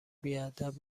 بیادب